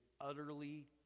utterly